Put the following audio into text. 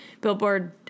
Billboard